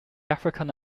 african